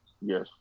Yes